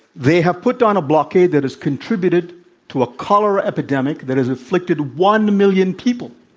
they have put down a blockade that has contributed to a cholera epidemic that has afflicted one million people